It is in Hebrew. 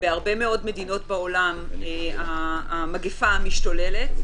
בהרבה מאוד מדינות בעולם המגפה משתוללת,